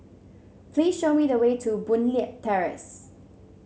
please show me the way to Boon Leat Terrace